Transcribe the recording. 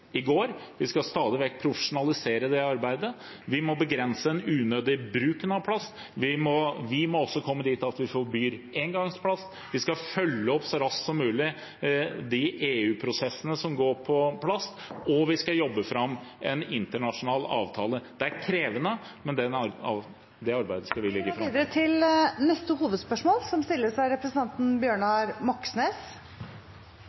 går. Vi skal stadig vekk profesjonalisere dette arbeidet. Vi må begrense den unødige bruken av plast. Vi må også komme dit at vi forbyr engangsplast. Vi skal følge opp så raskt som mulig de EU-prosessene som handler om plast, og vi skal jobbe fram en internasjonal avtale. Det er krevende, men det arbeidet skal vi gå videre med. Vi går videre til neste hovedspørsmål.